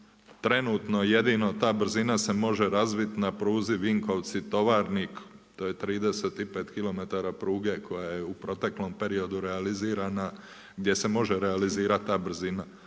Trenutno jedino ta brzina se može razvit na pruzi Vinkovci – Tovarnik. To je 35 km pruge koja je u proteklom periodu realizirana, gdje se može realizirat ta brzina.